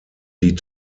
die